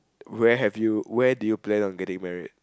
where have you where do you plan of getting married